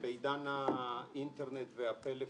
שבעידן האינטרנט והפלאפון,